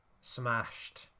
smashed